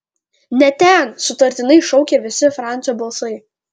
ne ten sutartinai šaukė visi francio balsai